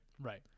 right